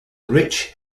rich